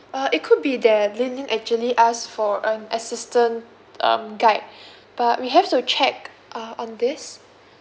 uh it could be that lin lin actually ask for an assistant um guide but we have to check uh on this